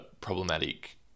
problematic